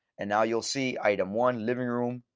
and now, you'll see item one, living room,